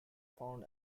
found